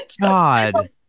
god